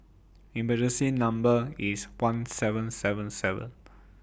emergency Number IS one seven seven seven